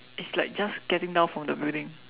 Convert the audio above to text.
it's like just getting down from the building